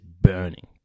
burning